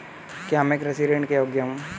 क्या मैं कृषि ऋण के योग्य हूँ?